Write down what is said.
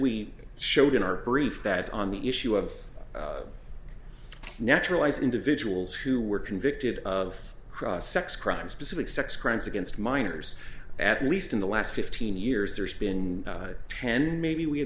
we showed in our brief that on the issue of naturalized individuals who were convicted of cross sex crimes specific sex crimes against minors at least in the last fifteen years there's been ten maybe we